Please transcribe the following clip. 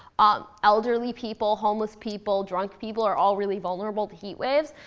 ah elderly people, homeless people, drunk people are all really vulnerable to heat waves.